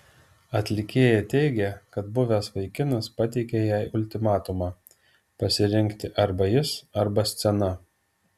atlikėja teigė kad buvęs vaikinas pateikė jai ultimatumą pasirinkti arba jis arba scena